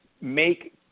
make